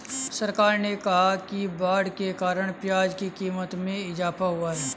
सरकार ने कहा कि बाढ़ के कारण प्याज़ की क़ीमत में इजाफ़ा हुआ है